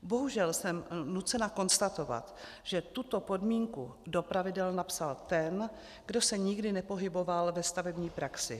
Bohužel jsem nucena konstatovat, že tuto podmínku do pravidel napsal ten, kdo se nikdy nepohyboval ve stavební praxi.